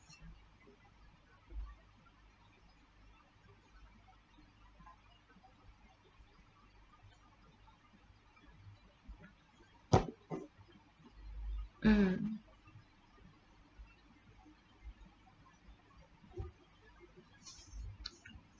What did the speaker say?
mm